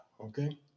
okay